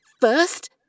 first